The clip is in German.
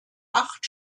acht